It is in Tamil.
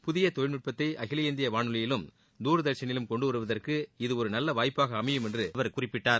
புதிய தொழில்நுட்பத்தை அகில இந்திய வானொலியிலும் தூர்தஷனிலும் கொண்டுவருவதற்கு இது ஒரு நல்ல வாய்ப்பாக அமையும் என்று அவர் குறிப்பிட்டார்